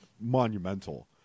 monumental